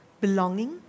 Belonging